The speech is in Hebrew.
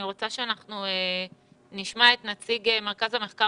אני רוצה שנשמע את נציג מרכז המחקר